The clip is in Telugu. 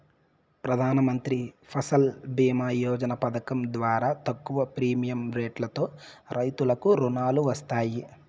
ప్రధానమంత్రి ఫసల్ భీమ యోజన పథకం ద్వారా తక్కువ ప్రీమియం రెట్లతో రైతులకు రుణాలు వస్తాయి